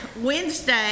Wednesday